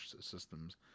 Systems